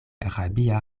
rabia